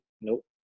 nope